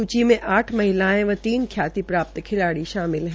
सूची में आठ महिलायें व तीन ख्याति प्राप्त खिलाड़ी शामिल है